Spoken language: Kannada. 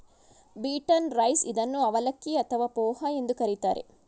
ಬೀಟನ್ನ್ ರೈಸ್ ಇದನ್ನು ಅವಲಕ್ಕಿ ಅಥವಾ ಪೋಹ ಎಂದು ಕರಿತಾರೆ